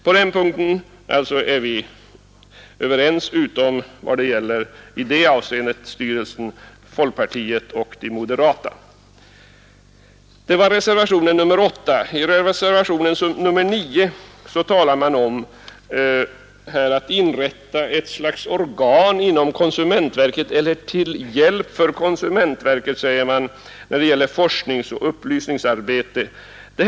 På den punkten är vi överens, utom vad det i fråga om styrelsen gäller folkpartiet och de moderata. Detta var några synpunkter på reservationen 8. I reservationen 9 talas om inrättandet av ett slags organ till hjälp för konsumentverket när det gäller forskningsoch upplysningsarbete.